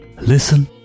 listen